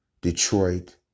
Detroit